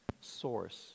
source